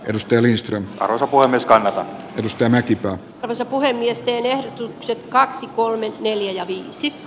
perusteellista sopua myös kannattaa tutustua mäkipää vesa boheemiesteet yksi kaksi kolme neljä viisi